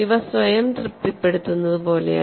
ഇവ സ്വയം തൃപ്തിപ്പെടുത്തുന്നതുപോലെയാണ്